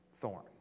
thorn